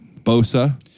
Bosa